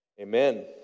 Amen